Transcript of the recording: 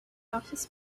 office